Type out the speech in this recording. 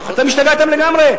אתם השתגעתם לגמרי?